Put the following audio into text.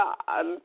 God